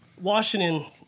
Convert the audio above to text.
Washington